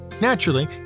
Naturally